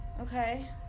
Okay